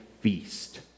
feast